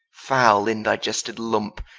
foule indigested lumpe,